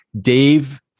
Dave